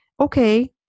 Okay